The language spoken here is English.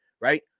right